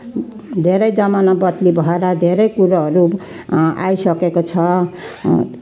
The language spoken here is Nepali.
धेरै जमाना बद्ली भएर धेरै कुराहरू आइसकेको छ